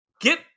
Get